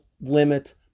limit